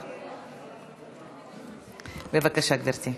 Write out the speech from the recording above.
בבקשה, גברתי.